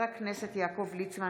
יואב סגלוביץ',